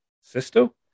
Sisto